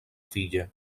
filla